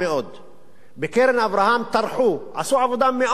ב"קרן אברהם" טרחו, עשו עבודה מאוד רצינית,